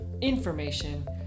information